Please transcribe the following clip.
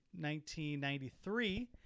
1993